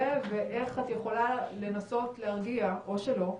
ואיך את יכולה לנסות להרגיע או שלא,